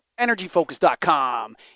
energyfocus.com